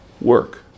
work